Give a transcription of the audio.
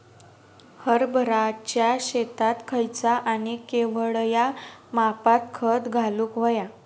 हरभराच्या शेतात खयचा आणि केवढया मापात खत घालुक व्हया?